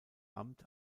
amt